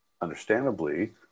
understandably